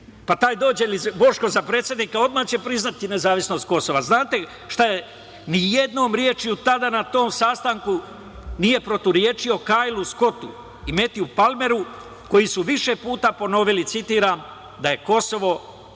Dođe li Boško za predsednika, odmah će priznati nezavisnost Kosova. Ni jednom rečju tada na tom sastanku nije protivrečio Kajlu Skotu i Metju Palmeru, koji su više puta ponovili, citiram, da je Kosovo